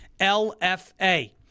LFA